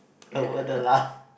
over the laugh